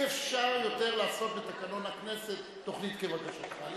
אי-אפשר לעשות יותר בתקנון הכנסת תוכנית כבקשתך.